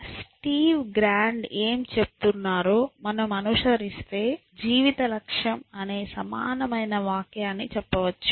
Steve Grand ఏమి చెప్తున్నారో మనం అనుసరిస్తే జీవిత లక్ష్యం అనే సమానమైన వాక్యాన్ని చెప్పవచ్చు